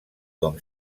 com